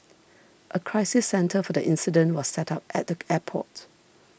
a crisis centre for the incident was set up at the airport